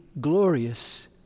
glorious